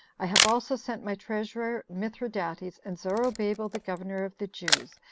i have also sent my treasurer mithridates, and zorobabel, the governor of the jews,